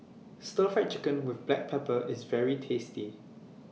Stir Fried Chicken with Black Pepper IS very tasty